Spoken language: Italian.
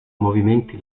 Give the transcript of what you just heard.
movimenti